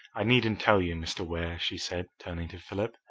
i needn't tell you, mr. ware, she said, turning to philip,